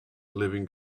living